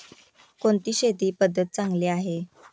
कोणती शेती पद्धती चांगली आहे?